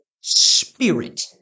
spirit